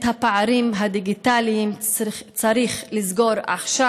את הפערים הדיגיטליים צריך לסגור עכשיו.